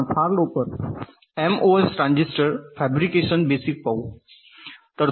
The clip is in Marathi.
तर आपण फार लवकर एमओएस ट्रान्झिस्टर फॅब्रिकेशन बेसिक पाहू